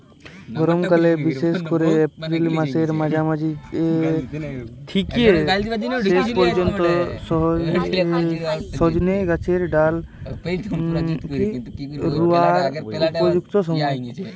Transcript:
গরমকাল বিশেষ কোরে এপ্রিল মাসের মাঝামাঝি থিকে শেষ পর্যন্ত সজনে গাছের ডাল রুয়ার উপযুক্ত সময়